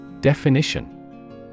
Definition